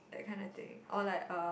that kind of thing or like uh